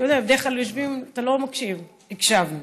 אתה יודע, בדרך כלל יושבים, אתה לא מקשיב, הקשבנו.